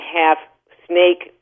half-snake